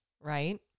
right